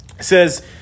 says